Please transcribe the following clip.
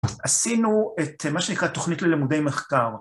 עשינו את מה שנקרא תוכנית ללימודי מחקר.